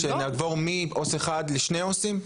שנעבור מעו״ס אחד לשני עו״סים?